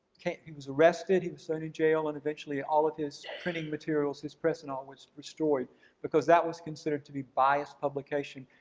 he was arrested. he was thrown in jail, and eventually all of his printing materials, his press and all, was destroyed because that was considered to be biased publication.